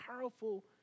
powerful